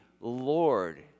Lord